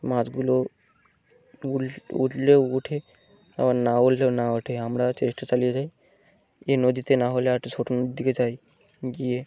মাছগুলো উ উঠলেও উঠে আবার না উঠলেও না ওঠে আমরা চেষ্টা চালিয়ে যাই এই নদীতে না হলে একটা ছোটো নদী দিকে যাই গিয়ে